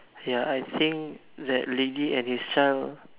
ya I think that lady and his child